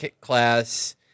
class